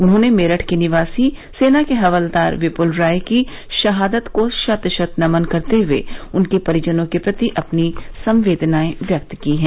उन्होंने मेरठ के निवासी सेना के हवलदार विपूल राय की शहादत को शत् शत् नमन करते हुए उनके परिजनों के प्रति अपनी संवेदनाएं व्यक्त की हैं